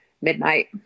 midnight